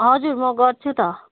हजुर म गर्छु त